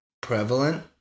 prevalent